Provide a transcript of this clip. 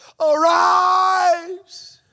arise